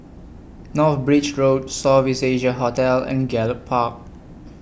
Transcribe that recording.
North Bridge Road South East Asia Hotel and Gallop Park